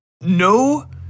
no